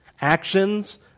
Actions